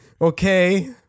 Okay